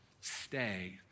stay